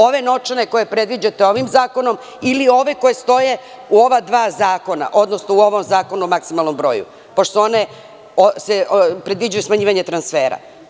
Ove novčane koje predviđate ovim zakonom ili ove koje stoje u ova dva zakona, odnosno u ovom zakonu o maksimalnom broju, pošto predviđaju smanjivanje transfera?